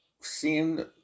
seemed